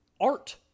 art